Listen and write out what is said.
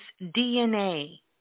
DNA